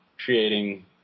Creating